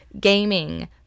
gaming